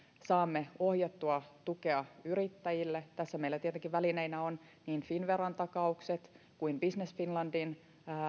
saamme ohjattua tukea yrittäjille tässä meillä tietenkin välineinä on niin finnveran takaukset kuin business finlandin